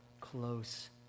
close